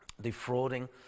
Defrauding